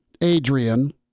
Adrian